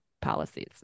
policies